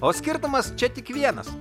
o skirtumas čia tik vienas